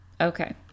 Okay